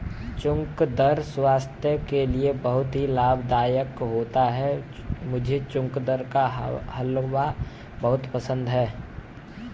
चुकंदर स्वास्थ्य के लिए बहुत ही लाभदायक होता है मुझे चुकंदर का हलवा बहुत पसंद है